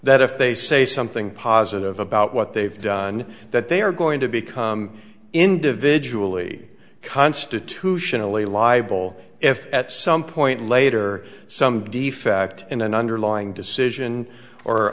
that if they say something positive about what they've done that they are going to become individually constitutionally liable if at some point later some defect in an underlying decision or